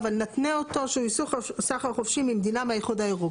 אבל נתנה אותו שהוא אישור סחר חופשי ממדינה מהאיחוד האירופי.